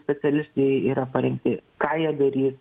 specialistai yra parengti ką jie darys